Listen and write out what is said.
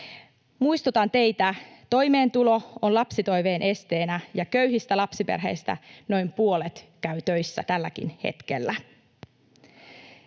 Muistutan teitä: toimeentulo on lapsitoiveen esteenä, ja köyhistä lapsiperheistä noin puolet käy töissä tälläkin hetkellä.